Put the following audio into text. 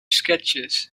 sketches